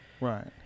right